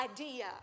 idea